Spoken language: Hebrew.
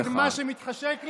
אני אגיד מה שמתחשק לי,